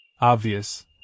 Obvious